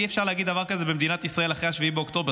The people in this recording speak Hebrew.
אי-אפשר להגיד דבר כזה במדינת ישראל אחרי 7 באוקטובר.